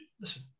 Listen